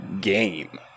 game